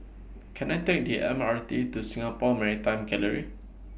Can I Take The M R T to Singapore Maritime Gallery